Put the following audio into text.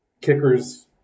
kickers